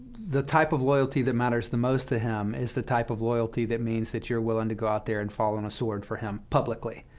the type of loyalty that matters the most to him is the type of loyalty that means that you're willing to go out there and fall on a sword for him publicly.